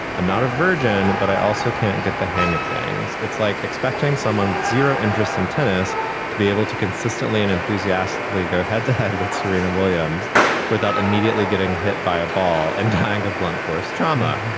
i'm not a virgin. but i also can't get the hang of things. it's like expecting someone with zero interest in tennis to be able to consistently and enthusiastically go head to head with serena williams without immediately getting hit by a ball and tiger blunt force trauma.